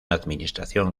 administración